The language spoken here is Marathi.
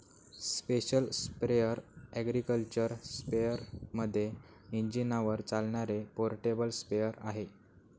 स्पेशल स्प्रेअर अॅग्रिकल्चर स्पेअरमध्ये इंजिनावर चालणारे पोर्टेबल स्प्रेअर आहे